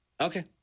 Okay